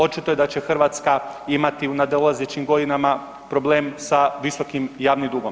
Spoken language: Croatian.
Očito je da će Hrvatska imati u nadolazećim godinama problem sa visokim javnim dugom.